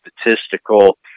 statistical